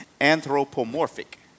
Anthropomorphic